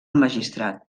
magistrat